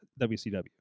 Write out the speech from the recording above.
wcw